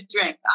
drink